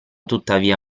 tuttavia